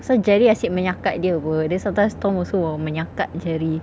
so jerry asyik menyakat dia apa then sometimes tom also will menyakat jerry